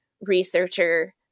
researcher